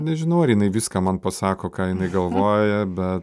nežinau ar jinai viską man pasako ką jinai galvoja bet